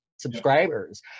subscribers